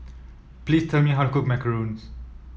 please tell me how to cook Macarons